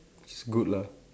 it's good lah